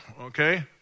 okay